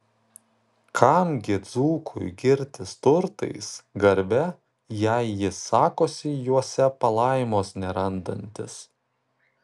kam gi dzūkui girtis turtais garbe jei jis sakosi juose palaimos nerandantis